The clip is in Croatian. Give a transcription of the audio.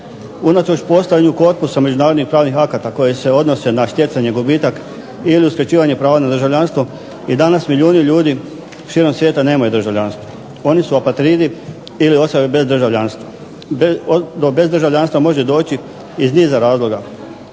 Unatoč postojanju korpusa međunarodnih pravnih akata koja se odnose na stjecanje, gubitak ili uskraćivanja prava na državljanstvo i danas mnogi ljudi širom svijeta nemaju državljanstvo. Oni su apatridi ili osobe bez državljanstva. Do bez državljanstva može doći iz niza razloga